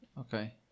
Okay